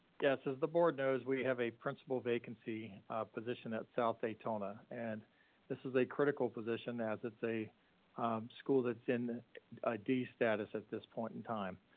yes. as the board knows, we have a principal vacancy, a position at south daytona, and this is a critical position as it's a school that's in a d status at this point in time,